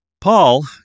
Paul